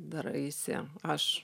daraisi aš